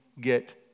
get